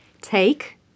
Take